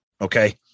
Okay